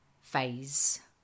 phase